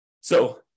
So-